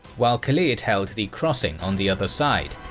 while khalid held the crossing on the other side.